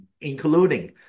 including